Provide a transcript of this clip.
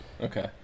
Okay